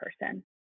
person